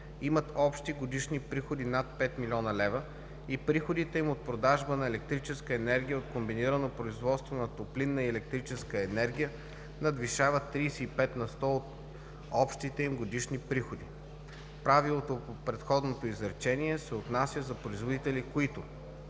имат общи годишни приходи над 5 000 000 лв. и приходите им от продажба на електрическа енергия от комбинирано производство на топлинна и електрическа енергия надвишават 35 на сто от общите им годишни приходи. Правилото по предходното изречение не се отнася за производители, които: